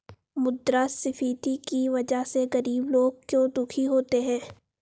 मुद्रास्फीति की वजह से गरीब लोग क्यों दुखी होते हैं?